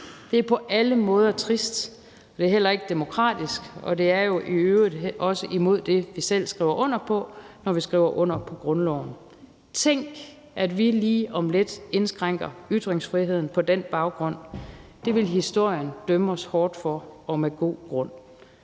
Det er på alle måder trist, det er heller ikke demokratisk, og det er i øvrigt også imod det, vi selv skriver under på, når vi skriver under på grundloven. Tænk, at vi lige om lidt indskrænker ytringsfriheden på den baggrund. Det vil historien dømme os hårdt for og med god grund.